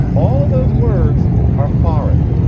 all of those words are foreign.